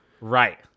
right